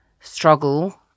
struggle